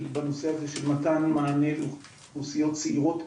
בנושא הזה של מתן מענה לאוכלוסיות צעירות,